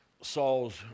Saul's